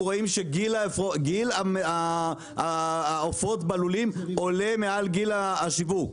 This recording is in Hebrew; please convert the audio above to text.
אם רואים שגיל העופות בלולים עולה מעל גיל השיווק,